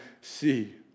see